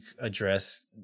address